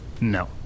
No